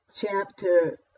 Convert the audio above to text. chapter